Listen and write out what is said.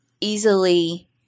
easily